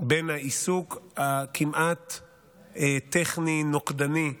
בין העיסוק הכמעט טכני, נוקדני,